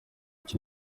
icyo